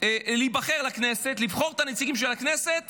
ולהיבחר לכנסת, לבחור את הנציגים של הכנסת